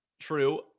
True